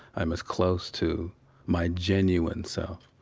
i'm as close to my genuine so